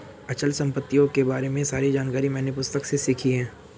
अचल संपत्तियों के बारे में सारी जानकारी मैंने पुस्तक से सीखी है